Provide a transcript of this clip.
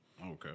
Okay